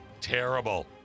Terrible